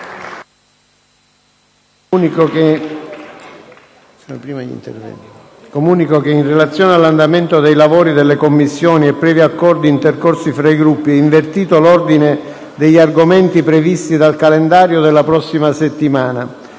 Comunico che, in relazione all'andamento dei lavori delle Commissioni e previ accordi intercorsi fra i Gruppi, è invertito l'ordine degli argomenti previsti dal calendario della prossima settimana.